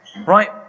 Right